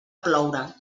ploure